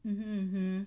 hmm